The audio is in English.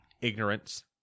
ignorance